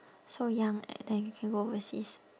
so young and then can go overseas